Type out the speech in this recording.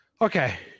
okay